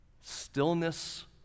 stillness